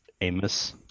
Amos